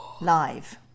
live